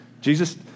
Jesus